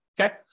Okay